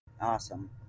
Awesome